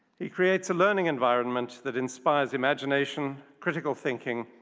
he creates a learning environment that inspires imagination, critical thinking,